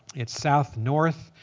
it's south-north.